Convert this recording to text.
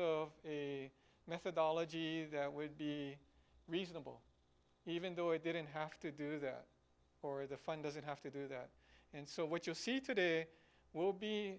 of a methodology that would be reasonable even though it didn't have to do that for the fun does it have to do that and so what you see today will be